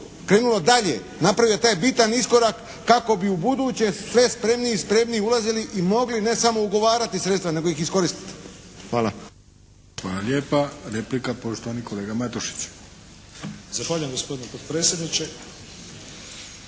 krenulo dalje, napravio taj bitan iskorak kako bi ubuduće sve spremniji i spremniji ulazili i mogli ne samo ugovarati sredstva nego ih iskoristiti. Hvala. **Arlović, Mato (SDP)** Hvala lijepa. Replika poštovani kolega Matušić. **Matušić, Frano